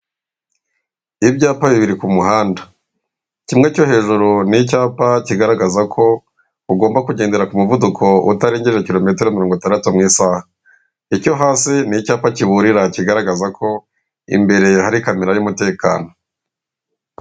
Ibyapa bibiri ku muhanda, kimwe cyo hejuru ni icyapa kigaragaza ko ugomba kugendera ku muvuduko utarengeje kilometero mirongo itandatu mu isaha, icyo hasi ni icyapa kiburira kigaragaza ko imbere hari kamera y'umutekano.